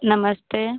नमस्ते